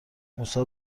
موسی